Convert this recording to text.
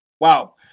Wow